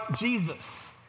Jesus